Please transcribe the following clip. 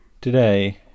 today